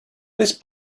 this